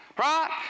right